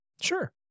Sure